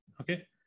okay